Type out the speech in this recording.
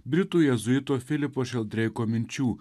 britų jėzuito filipo šeldreiko minčių